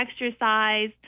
exercise